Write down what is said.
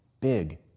big